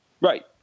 Right